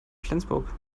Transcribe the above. flensburg